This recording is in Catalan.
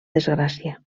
desgràcia